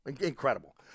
Incredible